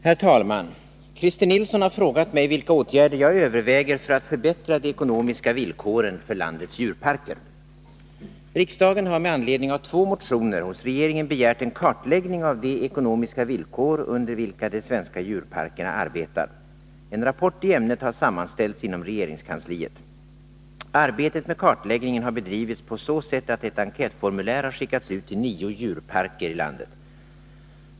Herr talman! Christer Nilsson har frågat mig vilka åtgärder jag överväger för att förbättra de ekonomiska villkoren för landets djurparker. Riksdagen har med anledning av två motioner hos regeringen begärt en kartläggning av de ekonomiska villkor under vilka de svenska djurparkerna arbetar. En rapport i ämnet har sammanställts inom regeringskansliet. Arbetet med kartläggningen har bedrivits på så sätt att ett enkätformulär har skickats ut till nio djurparker i landet.